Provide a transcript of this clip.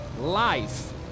life